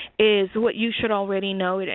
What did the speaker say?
is what you should already know,